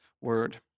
word